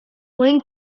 when